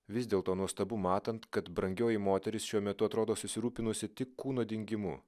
vis dėlto nuostabu matant kad brangioji moteris šiuo metu atrodo susirūpinusi tik kūno dingimu